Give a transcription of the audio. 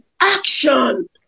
Action